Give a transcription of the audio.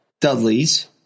Dudleys